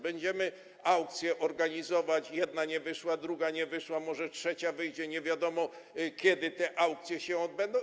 Będziemy aukcje organizować: jedna nie wyszła, druga nie wyszła, może trzecia wyjdzie, nie wiadomo, kiedy te aukcje się odbędą.